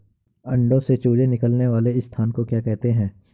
अंडों से चूजे निकलने वाले स्थान को क्या कहते हैं?